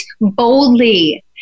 boldly